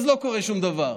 אז לא קורה שום דבר.